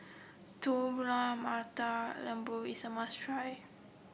Telur Mata Lembu is a must try